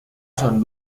son